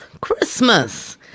Christmas